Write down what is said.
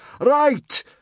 Right